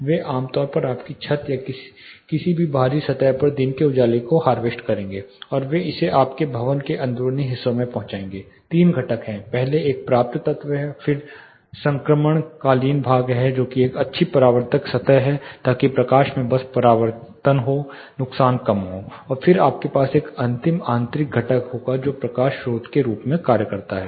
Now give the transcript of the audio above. वे आम तौर पर आपकी छत की छत या किसी भी बाहरी सतह पर दिन के उजाले को हार्वेस्ट करेंगे और वे इसे आपके भवन के अंदरूनी हिस्सों में पहुंचाएंगे तीन घटक हैं पहले एक प्राप्त तत्व है फिर एक संक्रमणकालीन भाग है जो कि एक अच्छी परावर्तक सतह है ताकि प्रकाश में बस परावर्तित हो नुकसान कम हो फिर आपके पास एक अंतिम आंतरिक घटक होगा जो प्रकाश स्रोत के रूप में कार्य करता है